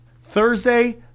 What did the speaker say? Thursday